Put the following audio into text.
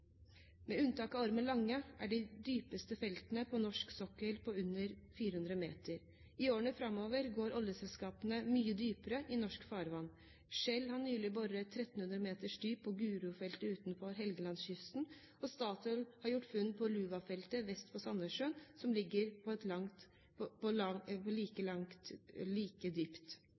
Med unntak av Ormen Lange er de dypeste feltene på norsk sokkel på under 400 meter. I årene framover går oljeselskapene mye dypere i norske farvann. Shell har nylig boret på 1 300 meters dyp på Gro-feltet utenfor Helgelandskysten. Statoil har gjort funn på Luva-feltet vest for Sandnessjøen, som ligger om lag like dypt.